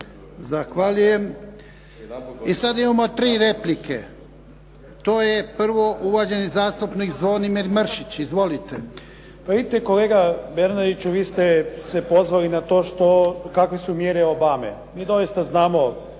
Zahvaljujem. I sada imamo tri replike. Prvo je uvaženi zastupnik Zvonimir Mršić. Izvolite. **Mršić, Zvonimir (SDP)** Pa vidite kolega Bernardiću, vi ste se pozvali na to kakve su mjere Obame. Mi doista znamo